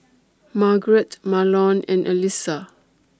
Margeret Marlon and Allyssa